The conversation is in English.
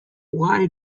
why